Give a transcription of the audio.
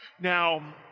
Now